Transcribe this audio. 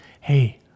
hey